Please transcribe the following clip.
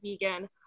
vegan